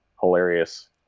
hilarious